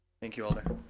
thank you alder.